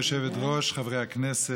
כבוד היושבת-ראש, חברי הכנסת,